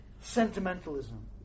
Sentimentalism